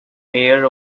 mayor